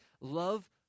love